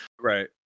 Right